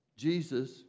Jesus